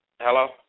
Hello